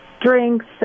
drinks